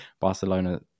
Barcelona